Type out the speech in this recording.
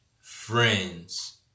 friends